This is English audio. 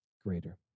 greater